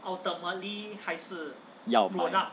要买